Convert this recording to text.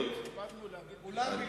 כולם בלתי חוקיים.